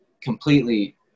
completely